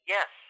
Yes